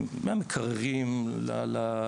מהמקררים למכשיר הדימות.